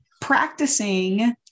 practicing